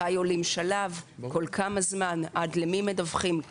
מתי עולים שלב, כל כמה זמן ועד למי מדווחים.